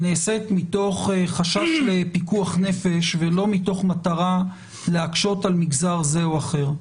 נעשית מתוך חשש לפיקוח נפש ולא מתוך מטרה להקשות על מגזר זה או אחר.